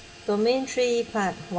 domain three part one